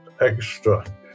extra